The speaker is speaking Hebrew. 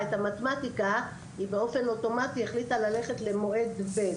במתמטיקה היא באופן אוטומטי החליטה ללכת למועד ב',